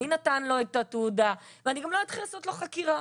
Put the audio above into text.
מי נתן לו את התעודה ואני גם לא אתחיל לעשות לו חקירה.